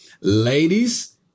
Ladies